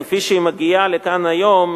כפי שהיא מגיעה לכאן היום,